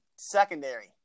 secondary